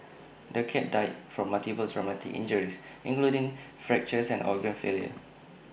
the cat died from multiple traumatic injuries including fractures and organ failure